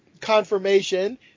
confirmation